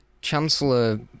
Chancellor